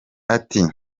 ati